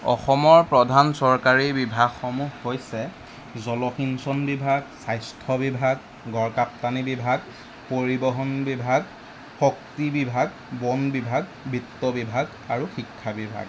অসমৰ প্ৰধান চৰকাৰী বিভাগসমূহ হৈছে জলসিঞ্চন বিভাগ স্বাস্থ্য বিভাগ গড়কাপ্তানি বিভাগ পৰিবহণ বিভাগ শক্তি বিভাগ বন বিভাগ বিত্ত বিভাগ আৰু শিক্ষা বিভাগ